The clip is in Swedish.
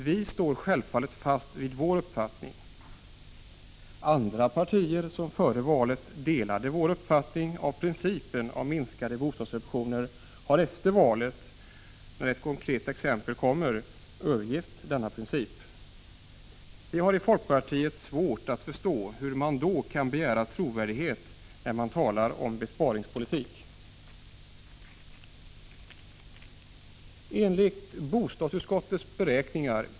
Vi står självfallet fast vid vår uppfattning. Andra partier som före valet delade vår uppfattning om principen att bostadssubventionerna borde minskas har efter valet, när ett konkret exempel kommer, övergett sin princip. Vi har i folkpartiet svårt att förstå hur man då kan vinna trovärdighet när man talar om besparingspolitik.